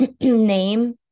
name